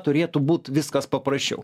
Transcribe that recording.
turėtų būt viskas paprasčiau